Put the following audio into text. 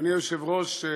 אדוני היושב-ראש,